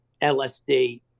LSD